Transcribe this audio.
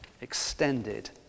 extended